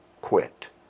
quit